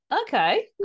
Okay